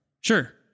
Sure